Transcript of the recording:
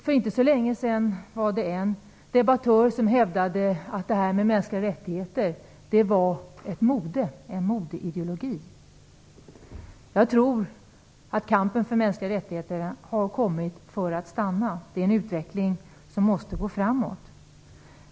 För inte så länge sedan hävdade en debattör att det här med mänskliga rättigheter var ett mode, en modeideologi. Jag tror att kampen för mänskliga rättigheter har kommit för att stanna. Det är en utveckling som måste gå framåt.